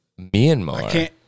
Myanmar